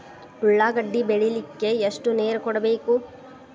ಉಳ್ಳಾಗಡ್ಡಿ ಬೆಳಿಲಿಕ್ಕೆ ಎಷ್ಟು ನೇರ ಕೊಡಬೇಕು?